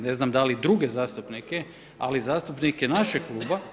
Ne znam da li i druge zastupnike, ali zastupnike našeg kluba.